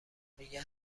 میگن